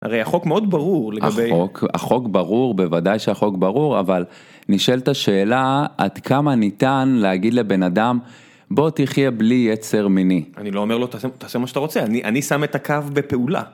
הרי החוק מאוד ברור לגבי... החוק ברור, בוודאי שהחוק ברור, אבל נשאלת שאלה, עד כמה ניתן להגיד לבן אדם, בוא תחיה בלי יצר מיני? אני לא אומר לו, תעשה מה שאתה רוצה, אני שם את הקו בפעולה.